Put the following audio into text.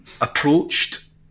approached